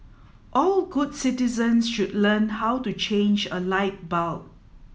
all good citizens should learn how to change a light bulb